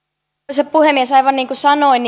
arvoisa puhemies aivan niin kuin sanoin